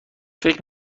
فکر